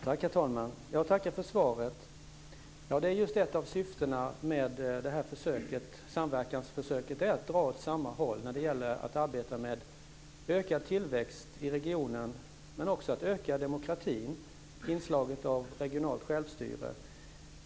Herr talman! Jag tackar för svaret. Ett av syftena med det här samverkansförsöket är just att dra åt samma håll när man arbetar med ökad tillväxt i regionen, men det handlar också om att öka demokratin och inslaget av regionalt självstyre.